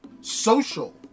social